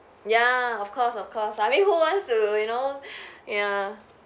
ya of course of course I mean who wants to you know ya